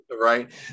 Right